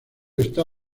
está